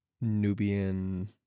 Nubian